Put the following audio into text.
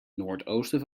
noordoosten